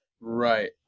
Right